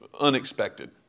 unexpected